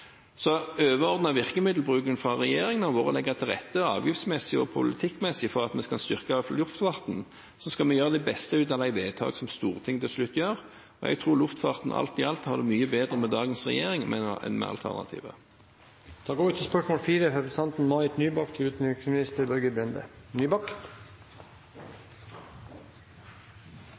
virkemiddelbruken fra regjeringen har vært å legge til rette, både avgiftsmessig og politisk, for å styrke luftfarten. Så skal vi gjøre det beste ut av de vedtakene som Stortinget til slutt gjør. Jeg tror luftfarten alt i alt har det mye bedre med dagens regjering enn med alternativet. Jeg har tillatt meg å stille følgende spørsmål